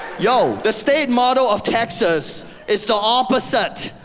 yo! the state motto of texas is the opposite